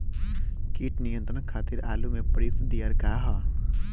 कीट नियंत्रण खातिर आलू में प्रयुक्त दियार का ह?